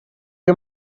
you